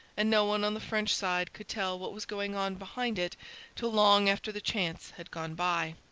and no one on the french side could tell what was going on behind it till long after the chance had gone by.